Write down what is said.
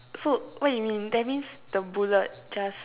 so what you mean that means the bullet just